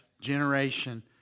Generation